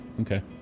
Okay